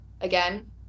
again